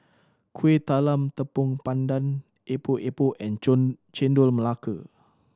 Kuih Talam Tepong Pandan Epok Epok and Chendol Melaka